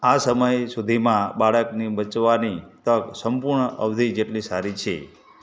આ સમય સુધીમાં બાળકની બચવાની તક સંપૂર્ણ અવધિ જેટલી સારી છે